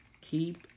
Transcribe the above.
Keep